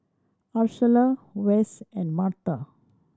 Ursula Wess and Martha